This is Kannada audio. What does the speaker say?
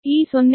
ಈ 0